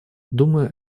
думаю